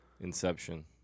Inception